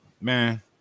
man